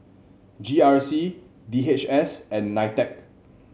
G R C D H S and Nitec